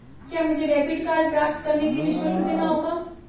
क्या मुझे debit card प्राप्त करने के लिए शुल्क देना होगा?